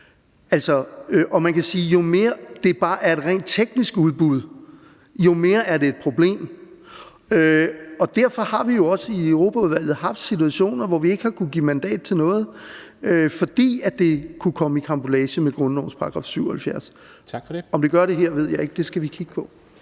jo mere det bare er et rent teknisk udbud, jo større problem er det. Og derfor har vi jo også i Europaudvalget haft situationer, hvor vi ikke har kunnet give mandat til noget, fordi det kunne komme i karambolage med grundlovens § 77. Om det gør det her, ved jeg ikke – det skal vi kigge på.